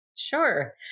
Sure